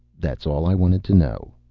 that's all i wanted to know.